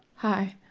hi.